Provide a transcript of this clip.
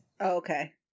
okay